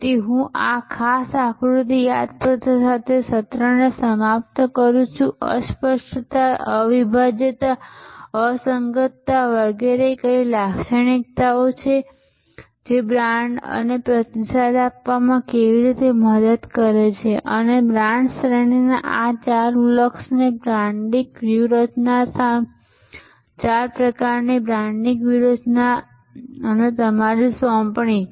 તેથી હું આ ખાસ આકૃતિ યાદપત્ર સાથે સત્રને સમાપ્ત કરું છું અસ્પષ્ટતા અવિભાજ્યતા અસંગતતા વગેરે કઈ લાક્ષણિકતાઓ છે અને બ્રાન્ડ અમને પ્રતિસાદ આપવામાં કેવી રીતે મદદ કરી શકે છે અને બ્રાન્ડ શ્રેણીઓના આ ચાર બ્લોક્સ બ્રાન્ડિંગ વ્યૂહરચના ચાર પ્રકારની બ્રાન્ડિંગ વ્યૂહરચના અને તમારી સોંપણી